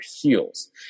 heels